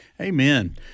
Amen